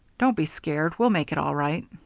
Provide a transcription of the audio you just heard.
don't be scared. we'll make it all right.